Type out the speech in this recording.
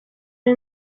ari